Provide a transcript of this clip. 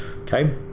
Okay